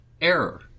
error